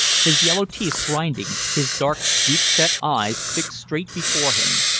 his yellow teeth grinding, his dark, deep-set eyes fixed straight before him.